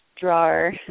drawer